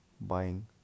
buying